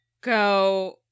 go